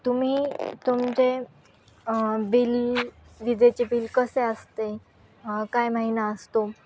तुम्ही तुमचे बिल विजेचे बिल कसे असते काय महिना असतो